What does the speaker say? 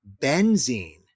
benzene